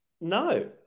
No